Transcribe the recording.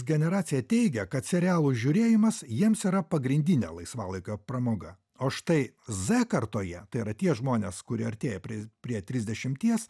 generacija teigia kad serialų žiūrėjimas jiems yra pagrindinė laisvalaikio pramoga o štai z kartoje tai yra tie žmonės kurie artėja prie prie trisdešimies